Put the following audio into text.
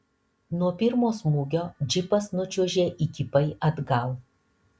nuo pirmo smūgio džipas nučiuožė įkypai atgal